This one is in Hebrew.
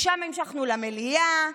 משם המשכנו למליאה.